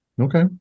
okay